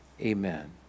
Amen